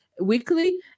weekly